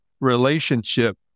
relationship